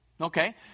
Okay